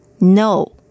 no